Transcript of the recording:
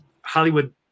Hollywood